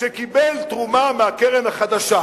שקיבל תרומה מהקרן החדשה,